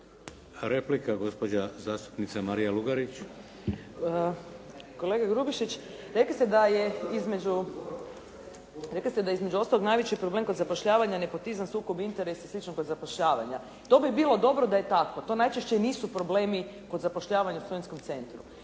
Replika, gospođa zastupnica Marija Lugarić. **Lugarić, Marija (SDP)** Gospodine Grubišić rekli ste da je između ostalog najveći problem kod zapošljavanja nepotizam i sukob interesa i slično kod zapošljavanja. To bi bilo dobro da je tako. To najčešće nisu problemi kod zapošljavanju u studentskom centru.